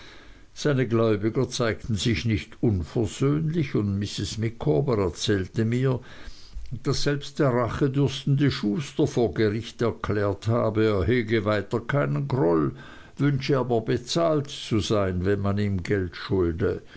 seine gläubiger zeigten sich nicht unversöhnlich und mrs micawber erzählte mir daß selbst der rachedürstende schuster vor gericht erklärt habe er hege weiter keinen groll wünsche aber bezahlt zu sein wenn man ihm geld schulde